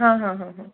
हाँ हाँ हाँ हाँ